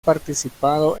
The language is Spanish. participado